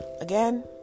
again